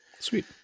Sweet